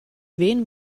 wen